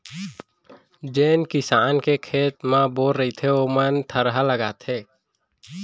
जेन किसान के खेत म बोर रहिथे वोइ मन थरहा लगाथें